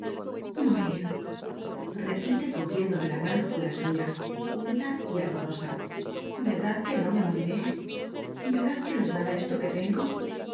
morir repite cogiéndome la mano con la suya húmeda y ardorosa verdad que no me moriré verdad que no es nada esto que tengo